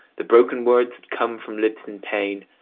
the broken words that come from lips in pain,